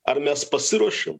ar mes pasiruošėm